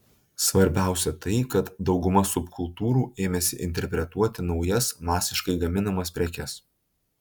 svarbiausia tai kad dauguma subkultūrų ėmėsi interpretuoti naujas masiškai gaminamas prekes